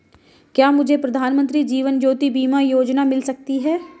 क्या मुझे प्रधानमंत्री जीवन ज्योति बीमा योजना मिल सकती है?